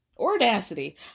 audacity